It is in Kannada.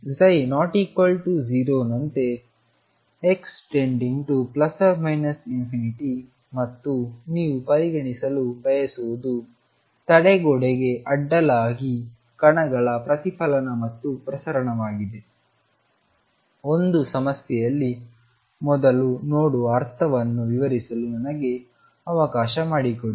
ಆದ್ದರಿಂದ ψ≠0 ನಂತೆ x→±∞ ಮತ್ತು ನೀವು ಪರಿಗಣಿಸಲು ಬಯಸುವುದು ತಡೆಗೋಡೆಗೆ ಅಡ್ಡಲಾಗಿ ಕಣಗಳ ಪ್ರತಿಫಲನ ಮತ್ತು ಪ್ರಸರಣವಾಗಿದೆ ಒಂದು ಸಮಸ್ಯೆಯಲ್ಲಿ ಮೊದಲು ನೋಡುವ ಅರ್ಥವನ್ನು ವಿವರಿಸಲು ನನಗೆ ಅವಕಾಶ ಮಾಡಿಕೊಡಿ